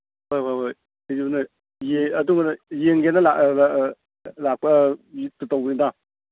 ꯍꯣꯏ ꯍꯣꯏ ꯍꯣꯏ ꯌꯦꯡꯒꯦꯅꯦ ꯂꯥꯛꯄ ꯇꯧꯕꯅꯤꯗ